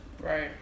Right